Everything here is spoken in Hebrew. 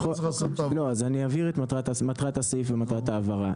אני אבהיר את מטרת הסעיף ומטרת ההבהרה.